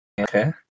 Okay